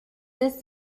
this